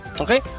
Okay